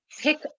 pick